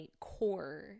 core